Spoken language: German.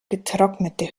getrocknete